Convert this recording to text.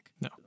No